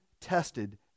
tested